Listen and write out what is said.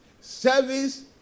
Service